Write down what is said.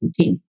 team